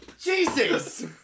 Jesus